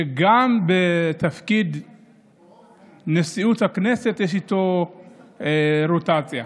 שגם בתפקיד נשיאות הכנסת יש רוטציה.